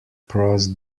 prost